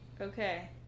okay